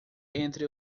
entre